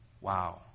Wow